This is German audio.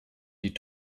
die